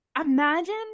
imagine